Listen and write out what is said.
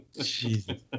Jesus